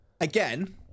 Again